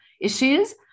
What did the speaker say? issues